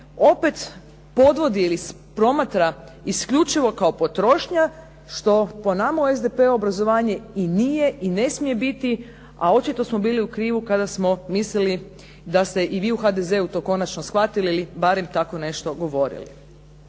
opet podvodi ili promatra isključivo kao potrošnja, što po nama u SDP-u obrazovanje i nije i ne smije biti, a očito smo bili u krivu kada smo mislili da ste i vi u HDZ-u to konačno shvatili ili barem tako nešto govorili.